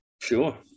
Sure